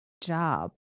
job